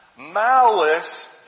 Malice